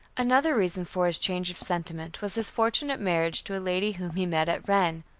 another reason for his change of sentiment was his fortunate marriage to a lady whom he met at rennes,